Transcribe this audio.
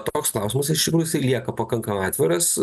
toks klausimas iš tikrųjų jisai lieka pakankamai atviras